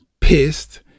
pissed